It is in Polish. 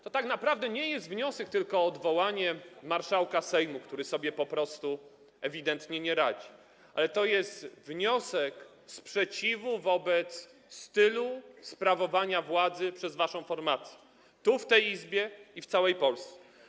To tak naprawdę nie jest wniosek tylko o odwołanie marszałka Sejmu, który sobie ewidentnie nie radzi, bo to jest też wniosek wyrażający sprzeciw wobec stylu sprawowania władzy przez waszą formację tu, w tej Izbie, i w całej Polsce.